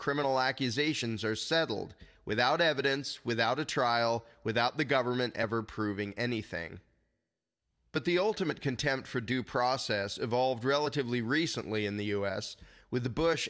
criminal accusations are settled without evidence without a trial without the government ever proving anything but the ultimate contempt for due process evolved relatively recently in the us with the bush